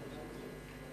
היום יום שלישי,